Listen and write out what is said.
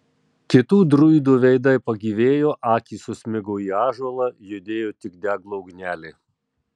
kitų druidų veidai pagyvėjo akys susmigo į ąžuolą judėjo tik deglo ugnelė